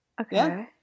Okay